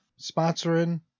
sponsoring